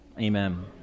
Amen